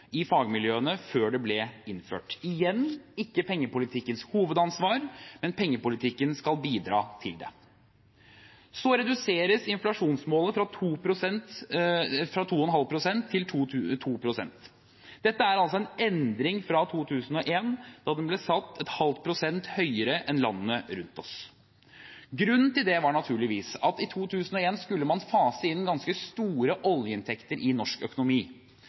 i fagmiljøene før det ble innført. Igjen: Dette er ikke pengepolitikkens hovedansvar, men pengepolitikken skal bidra til det. Så reduseres inflasjonsmålet fra 2,5 pst. til 2 pst. Dette er en endring fra 2001, da tallet ble satt et halvt prosentpoeng høyere enn i landene rundt oss. Grunnen til det var naturligvis at i 2001 skulle man fase inn ganske store oljeinntekter i norsk økonomi.